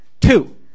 Two